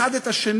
האחד את השני,